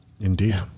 Indeed